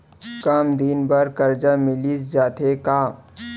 कम दिन बर करजा मिलिस जाथे का?